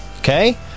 okay